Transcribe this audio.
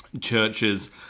churches